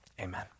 Amen